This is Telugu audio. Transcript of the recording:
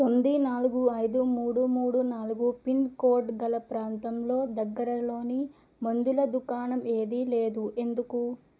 తొమ్మిది నాలుగు ఐదు మూడు మూడు నాలుగు పిన్కోడ్ గల ప్రాంతంలో దగ్గరలోని మందుల దుకాణం ఏదీ లేదు ఎందుకు